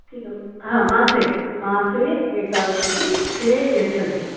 हा मासे मासे एतावत् इति ते यच्छन्ति